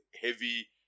heavy